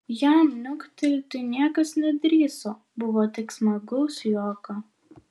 jam niuktelti niekas nedrįso buvo tik smagaus juoko